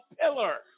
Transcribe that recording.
pillar